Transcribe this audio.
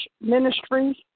Ministries